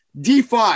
DeFi